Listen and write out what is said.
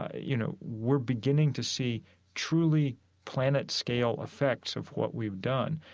ah you know, we're beginning to see truly planet-scale effects of what we've done.